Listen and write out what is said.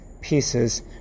pieces